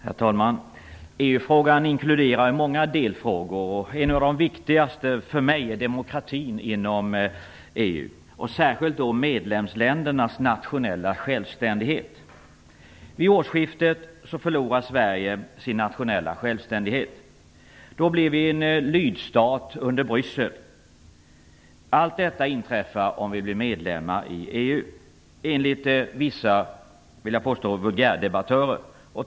Herr talman! EU-frågan inkluderar många delfrågor. För mig är en av de viktigaste frågorna demokratin inom EU, särskilt medlemsländernas nationella självständighet. Vid årsskiftet förlorar Sverige sin nationella självständighet. Då blir vi en lydstat under Bryssel. Allt detta inträffar om vi blir medlemmar i EU enligt vissa, vill jag påstå, vulgärdebattörer.